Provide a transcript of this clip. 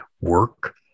work